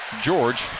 George